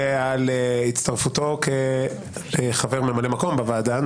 ועל הצטרפותו כחבר ממלא מקום בוועדה.